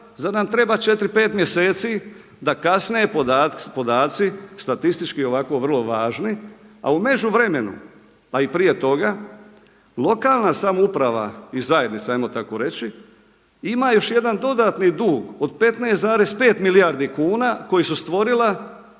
zar nam treba 4, 5 mjeseci da kasne podaci statistički ovako vrlo važni, a u međuvremenu, a i prije toga, lokalna samouprava i zajednica ajmo tako reći, ima još jedan dodatni dug od 15,5 milijardi kuna koja su stvorila